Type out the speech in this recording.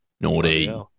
naughty